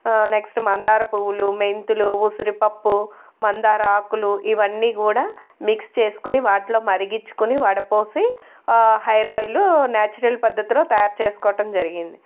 next మందార పువ్వులు మెంతులు ఉసిరి పప్పు మందార ఆకులు ఇవన్నీ కూడా మిక్స్ చేసుకుని వాటిలో మరిగించుకొని వడపోసి హెయిర్ ఆయిల్ నేచురల్ పద్ధతిలో తయారు చేసుకోవటం జరిగింది